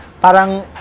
Parang